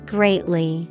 Greatly